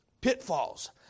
pitfalls